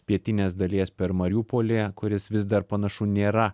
pietinės dalies per mariupolį kuris vis dar panašu nėra